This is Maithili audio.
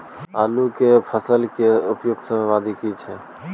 आलू के फसल के उपयुक्त समयावधि की छै?